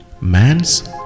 Man's